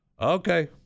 okay